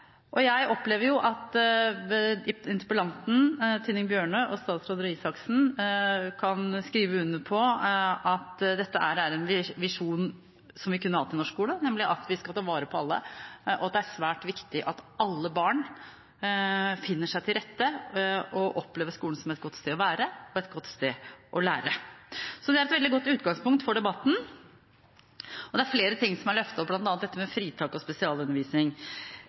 interpellanten Tynning Bjørnø og statsråd Røe Isaksen kan skrive under på at dette er en visjon vi kunne hatt i norsk skole, nemlig at vi skal ta vare på alle, og at det er svært viktig at alle barn finner seg til rette og opplever skolen som et godt sted å være og et godt sted å lære. Det er et veldig godt utgangspunkt for debatten. Flere ting har blitt løftet fram, bl.a. dette med fritak når det gjelder spesialundervisning.